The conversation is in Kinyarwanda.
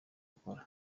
akora